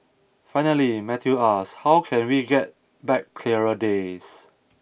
finally Matthew ask how can we get back clearer days